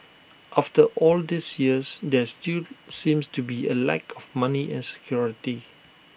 after all these years there still seems to be A lack of money and security